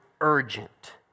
urgent